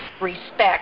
respect